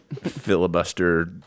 Filibuster